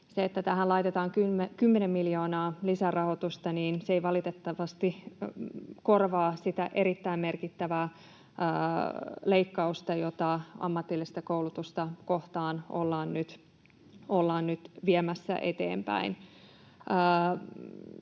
Se, että tähän laitetaan kymmenen miljoonaa lisärahoitusta, ei valitettavasti korvaa sitä erittäin merkittävää leikkausta, jota ammatillista koulutusta kohtaan ollaan nyt viemässä eteenpäin.